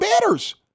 batters